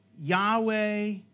Yahweh